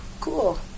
Cool